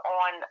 on